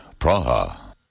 Praha